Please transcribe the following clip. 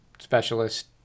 specialist